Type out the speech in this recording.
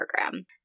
program